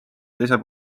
teisel